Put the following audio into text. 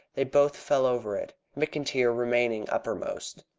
they both fell over it, mcintyre remaining uppermost.